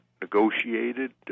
negotiated